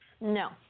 no